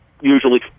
usually